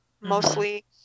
mostly